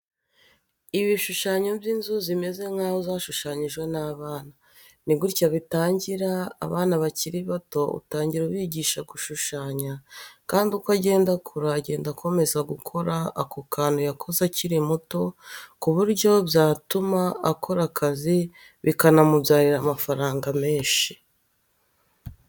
Ibishushanyo by'inzu zimeze nkaho zashushanyijwe n'abana. Ni gutya bitangira, abana bakiri bato utangira ubigisha gushushanya, kandi uko agenda akura agenda akomeza gukora ako kantu yakoze akiri muto ku buryo byanatuma akora akazi bikanamubyarira amafaranga menshi.